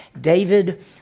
David